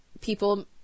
people